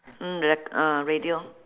mm ya mm radio